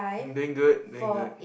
doing good doing good